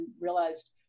realized